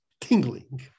tingling